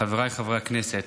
חבריי חברי הכנסת,